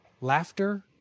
laughter